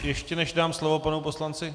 Ještě než dám slovo panu poslanci...